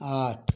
आठ